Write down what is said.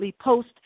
post